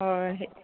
হয়